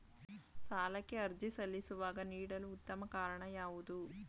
ಸಾಲಕ್ಕೆ ಅರ್ಜಿ ಸಲ್ಲಿಸುವಾಗ ನೀಡಲು ಉತ್ತಮ ಕಾರಣ ಯಾವುದು?